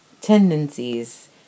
tendencies